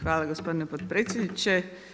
Hvala gospodine potpredsjedniče.